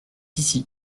ici